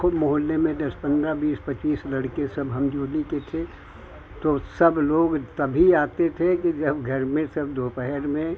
खुब मोहल्ले में दस पन्द्रह बीस पचिस लड़के हम जोली के थे तो सब लोग तभी आते थे ज जब घर में सब दोपहर में